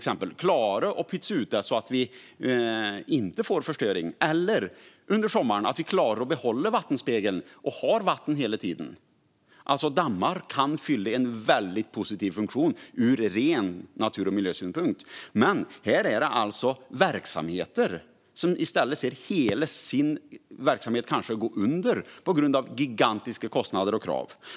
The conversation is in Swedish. Då ska vi klara att pytsa ut det så att vi inte får någon förstörelse. Det kan också handla om sommaren - att vi klarar att behålla vattenspegeln och har vatten hela tiden. Dammar kan ha en väldigt positiv funktion ur ren natur och miljösynpunkt. Men här handlar det alltså om människor som ser hela sin verksamhet gå under på grund av gigantiska kostnader och krav.